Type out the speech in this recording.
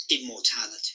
immortality